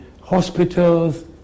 hospitals